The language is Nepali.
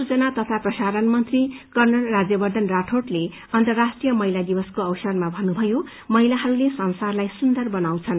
सूचना तथा प्रसारण मन्त्री कर्णल राज्यवर्छन राठौइले अन्तर्राष्ट्रीय महिला दिवसको अवसरमा भन्नुभयो महिलाहस्ले विश्वलाई सुन्दर बनाउँदछन्